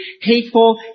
hateful